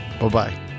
Bye-bye